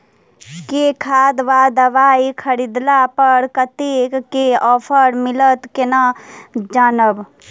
केँ खाद वा दवाई खरीदला पर कतेक केँ ऑफर मिलत केना जानब?